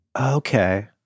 Okay